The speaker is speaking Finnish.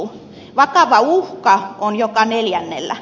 vakava uhka on joka neljännellä